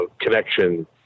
connection